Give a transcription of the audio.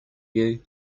you